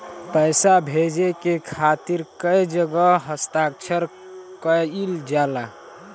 पैसा भेजे के खातिर कै जगह हस्ताक्षर कैइल जाला?